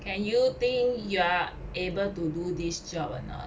can you think you are able to do this job or not